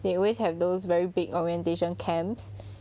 they always have those very big orientation camps